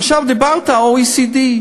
עכשיו, דיברת על ה-OECD,